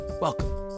Welcome